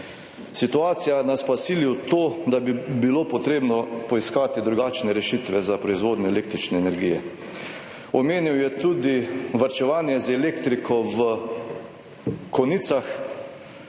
situacija nas pa sili v to, da bi bilo potrebno poiskati drugačne rešitve za proizvodnjo električne energije. Omenil je tudi varčevanje z elektriko v konicah.